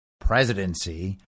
presidency